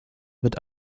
wird